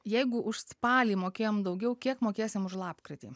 jeigu už spalį mokėjom daugiau kiek mokėsim už lapkritį